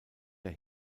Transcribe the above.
der